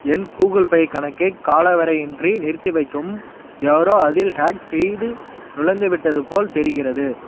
என் Google Pay கணக்கை காலவரையின்றி நிறுத்தி வைக்கவும் யாரோ அதில் ஹேக் செய்து நுழைந்து விட்டது போல் தெரிகிறது